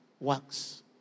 works